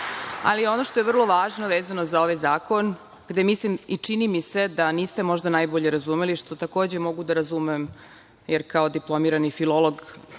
ono što je vrlo važno vezano za ovaj zakon, gde mislim i čini mi se da niste možda najbolje razumeli, što takođe mogu da razumem, jer kao diplomirani filolog